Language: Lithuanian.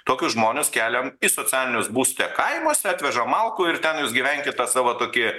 tokius žmones keliam į socialinius būste kaimuose atveža malkų ir ten jūs gyvenkit tą savo tokį